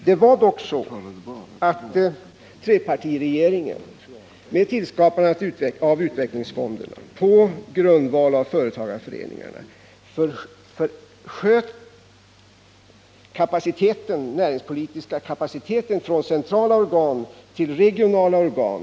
Det var dock så att trepartiregeringen med tillskapande av utvecklingsfonderna på grundval av företagarföreningarna sköt den näringspolitiska kapaciteten från centrala organ till regionala organ.